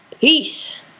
Peace